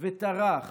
וטרח